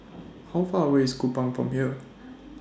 How Far away IS Kupang from here